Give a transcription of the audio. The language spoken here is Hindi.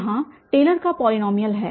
यहाँ टेलर का पॉलीनॉमियल है